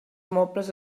mobles